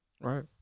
Right